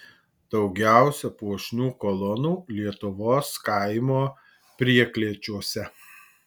daugiausia puošnių kolonų lietuvos kaimo prieklėčiuose